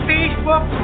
Facebook